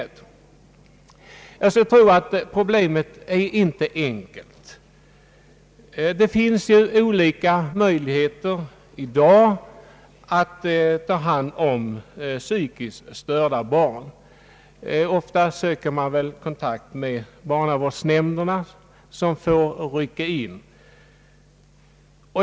Jag skulle tro att problemet inte är enkelt. Det finns i dag olika möjligheter att ta hand om psykiskt störda barn. Ofta söker man kontakt med barnavårdsnämnderna, som får rycka in.